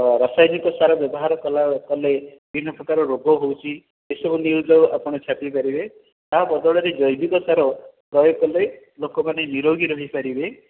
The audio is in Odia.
ରାସାୟନିକ ସାର ବ୍ୟବହାର କଲେ ବିଭିନ୍ନ ପ୍ରକାର ରୋଗ ହେଉଛି ଏସବୁ ନ୍ୟୁଜ୍ ଆପଣ ଛାପିପାରିବେ ତା ବଦଳରେ ଜୈବିକ ସାର ପ୍ରଯୋଗ କଲେ ଲୋକମାନେ ନିରୋଗୀ ରହିପାରିବେ